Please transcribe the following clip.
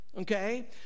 okay